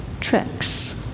tricks